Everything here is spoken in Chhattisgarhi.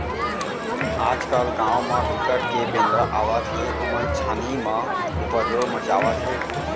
आजकाल गाँव म बिकट के बेंदरा आवत हे ओमन छानही म उपदरो मचावत हे